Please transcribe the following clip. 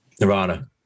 Nirvana